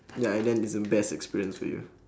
ya and then it's the best experience to you